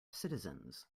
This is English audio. citizens